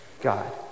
God